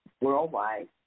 worldwide